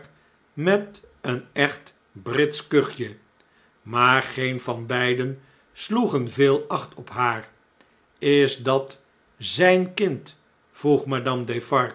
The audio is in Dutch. met een echt britsch kuchje maar geen jan beiden sloegen veel acht op haar is dat zgn kind vroeg